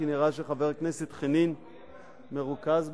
כי נראה שחבר הכנסת חנין מרוכז בשיחה.